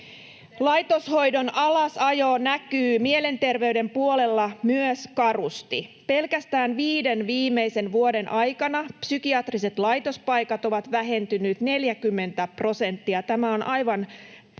Laitoshoidon alasajo näkyy karusti myös mielenterveyden puolella. Pelkästään viiden viimeisen vuoden aikana psykiatriset laitospaikat ovat vähentyneet 40 prosenttia. Tämä on aivan